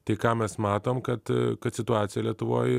tai ką mes matom kad kad situacija lietuvoj